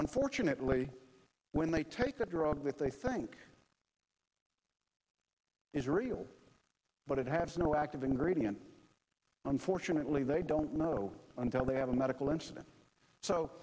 unfortunately when they take that drug that they think is real but it has no active ingredient unfortunately they don't know until they have a medical incident so